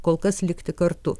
kol kas likti kartu